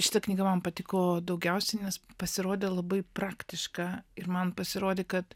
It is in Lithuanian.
šita knyga man patiko daugiausiai nes pasirodė labai praktiška ir man pasirodė kad